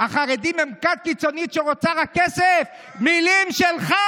החרדים הם כת קיצונית שרוצה רק כסף, מילים שלך.